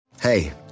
Hey